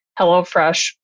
HelloFresh